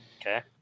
Okay